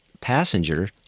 passenger